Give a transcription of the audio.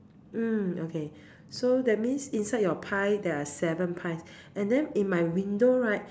mm okay so that means inside your pie there are seven pies and then in my window right